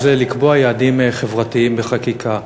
וזה לקבוע יעדים חברתיים בחקיקה.